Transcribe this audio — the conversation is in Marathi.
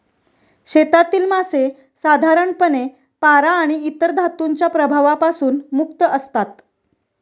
शेतातील मासे साधारणपणे पारा आणि इतर धातूंच्या प्रभावापासून मुक्त असतात